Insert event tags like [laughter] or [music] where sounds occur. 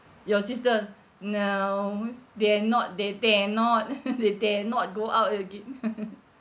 your sister now dare not they dare not they dare not go out again [laughs]